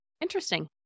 Interesting